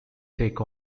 take